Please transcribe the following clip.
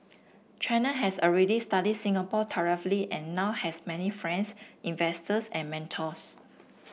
China has already studied Singapore thoroughly and now has many friends investors and mentors